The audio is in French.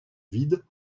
vide